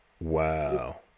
Wow